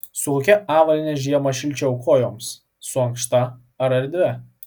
su kokia avalyne žiemą šilčiau kojoms su ankšta ar erdvia